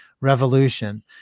revolution